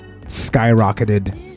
skyrocketed